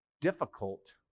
difficult